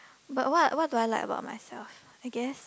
but what what do I like about myself I guess